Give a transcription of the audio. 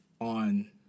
on